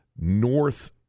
north